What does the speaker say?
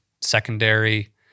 secondary